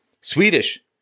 Swedish